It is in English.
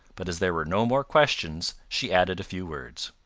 but as there were no more questions she added a few words.